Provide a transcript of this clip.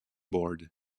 board